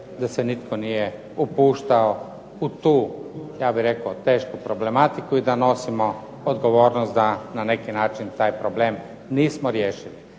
da se nitko nije upuštao u tu tešku problematiku i da nosimo odgovornost da na neki način taj problem nismo riješiti.